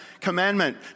commandment